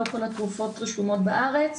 לא כל התרופות רשומות בארץ.